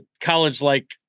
college-like